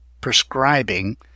Prescribing